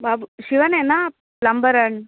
బాబు శివనేనా ప్లంబరు